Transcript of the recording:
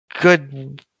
good